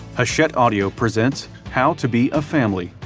hachette audio presents how to be a family.